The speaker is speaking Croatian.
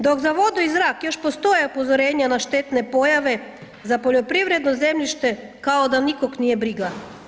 Dok za vodu i zrak još postoje upozorenja na štetne pojave, za poljoprivredno zemljište kao da nikoga nije briga.